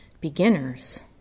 beginners